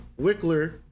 Wickler